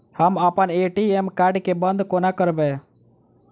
हम अप्पन ATM card केँ बंद कोना करेबै?